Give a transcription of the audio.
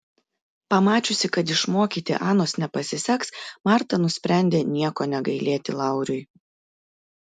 pamačiusi kad išmokyti anos nepasiseks marta nusprendė nieko negailėti lauriui